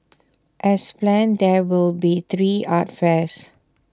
as planned there will be three art fairs